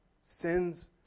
sins